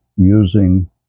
using